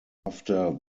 after